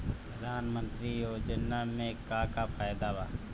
प्रधानमंत्री योजना मे का का फायदा बा?